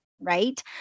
right